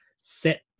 set